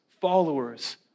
followers